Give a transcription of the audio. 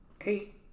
eight